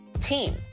team